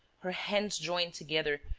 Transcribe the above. her hands joined together,